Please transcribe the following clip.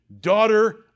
daughter